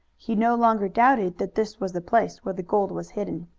he no longer doubted that this was the place where the gold was hidden.